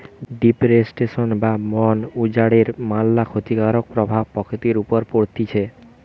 deforestation বা বন উজাড়ের ম্যালা ক্ষতিকারক প্রভাব প্রকৃতির উপর পড়তিছে